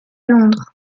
londres